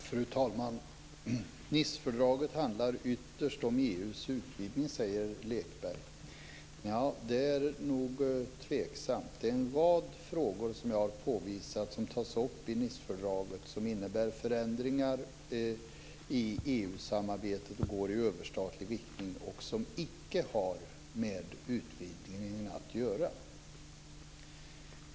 Fru talman! Nicefördraget handlar ytterst om EU:s utvidgning, säger Lekberg. Nja, det är tveksamt. Jag har påvisat att det är en rad frågor i Nicefördraget som innebär förändringar i EU-samarbetet i överstatlig riktning och som icke har med utvidgningen att göra.